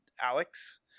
Alex